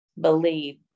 believe